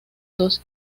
dos